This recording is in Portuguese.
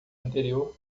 anterior